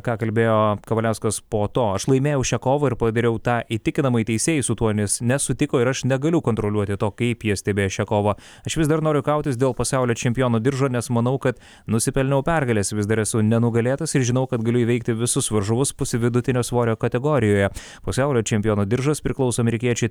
ką kalbėjo kavaliauskas po to aš laimėjau šią kovą ir padariau tą įtikinamai teisėjai su tuo nesutiko ir aš negaliu kontroliuoti to kaip jie stebėjo šią kovą aš vis dar noriu kautis dėl pasaulio čempiono diržo nes manau kad nusipelniau pergalės vis dar esu nenugalėtas ir žinau kad galiu įveikti visus varžovus pusvidutinio svorio kategorijoje pasaulio čempiono diržas priklauso amerikiečiui